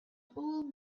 all